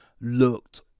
looked